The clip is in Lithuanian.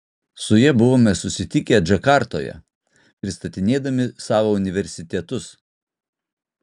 su ja buvome susitikę džakartoje pristatinėdami savo universitetus